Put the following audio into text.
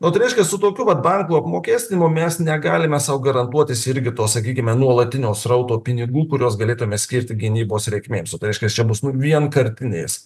nu tai reiškias su tokiu vat bankų apmokestinimu mes negalime sau garantuotis irgi to sakykime nuolatinio srauto pinigų kuriuos galėtume skirti gynybos reikmėms o tai reiškias čia bus nu vienkartinės